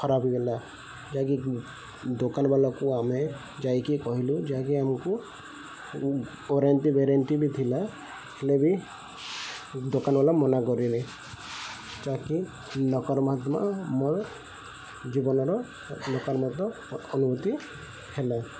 ଖରାପ ହେଇଗଲା ଯାହାକି ଦୋକାନବାଲାକୁ ଆମେ ଯାଇକି କହିଲୁ ଯାହାକି ଆମକୁ ୱାରେଣ୍ଟି ଗ୍ୟାରେଣ୍ଟିବି ଥିଲା ହେଲେ ବି ଦୋକାନବାଲା ମନା କରିଲେ ଯାହାକି ନକାରର୍ମକ ମୋର ଜୀବନର ଅନୁଭୂତି ହେଲା